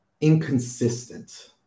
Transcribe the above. inconsistent